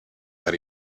that